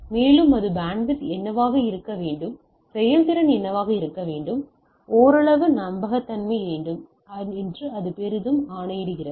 மேலும் அது பேண்ட்வித் என்னவாக இருக்க வேண்டும் செயல்திறன் என்னவாக இருக்க வேண்டும் ஓரளவிற்கு நம்பகத்தன்மை வேண்டும் என்று அது பெரிதும் ஆணையிடுகிறது